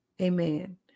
Amen